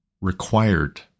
required